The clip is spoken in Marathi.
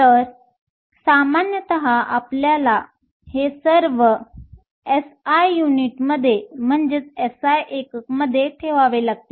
तर सामान्यत आपल्याला हे सर्व एसआय एककमध्ये SI युनिट ठेवावे लागतील